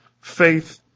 faith